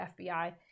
FBI